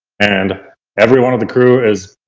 and every one of the crew is.